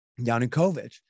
Yanukovych